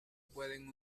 pueden